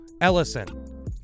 Ellison